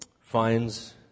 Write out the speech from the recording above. finds